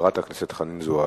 חברת הכנסת חנין זועבי.